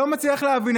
אני לא מצליח להבין.